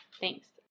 Thanks